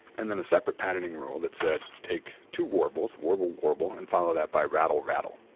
and then a separate patterning rule that said take two warbles warble, warble, and follow that by rattle, rattle.